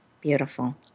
Beautiful